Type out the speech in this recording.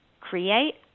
create